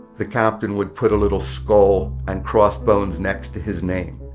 the captain would put a little skull and crossbones next to his name.